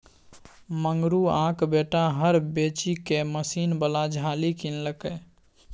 मंगरुआक बेटा हर बेचिकए मशीन बला झालि किनलकै